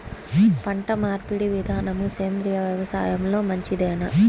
పంటమార్పిడి విధానము సేంద్రియ వ్యవసాయంలో మంచిదేనా?